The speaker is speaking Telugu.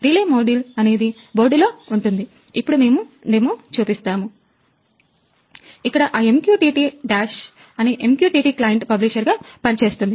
ఇక్కడ అ MQTT డాష్ అనే MQTT client పబ్లిషర్ గా పనిచేస్తుంది